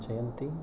ಜಯಂತಿ